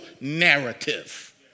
narrative